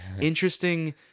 interesting